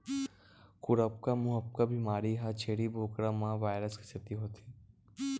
खुरपका मुंहपका बेमारी ह छेरी बोकरा म वायरस के सेती होथे